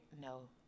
No